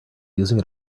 using